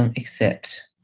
and except.